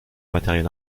matériel